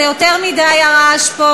יש פה יותר מדי רעש.